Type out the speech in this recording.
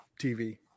TV